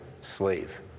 slave